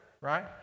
right